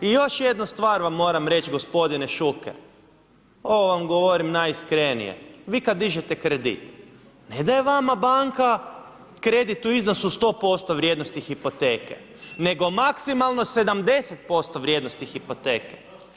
I još jednu stvar vam moram reći gospodine Šuker, ovo vam govorim najiskrenije, vi kada dižete kredit ne daje vama banka kredit u iznosu 100% vrijednosti hipoteke nego maksimalno 70% vrijednosti hipoteka.